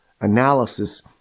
analysis